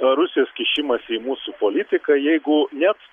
rusijos kišimąsi į mūsų politiką jeigu net